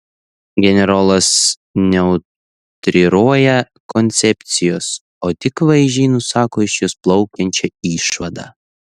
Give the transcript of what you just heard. generolas neutriruoja koncepcijos o tik vaizdžiai nusako iš jos plaukiančią išvadą